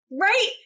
Right